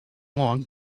long